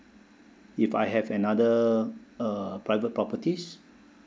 if I have another uh private properties